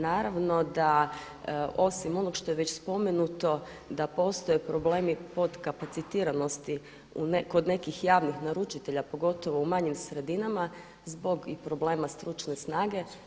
Naravno da osim onog što je već spomenuto da postoje problemi podkapacitiranosti kod nekih javnih naručitelja, pogotovo u manjim sredinama zbog i problema stručne snage.